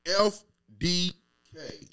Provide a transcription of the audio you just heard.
F-D-K